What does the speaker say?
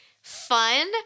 fun